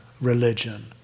religion